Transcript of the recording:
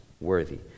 worthy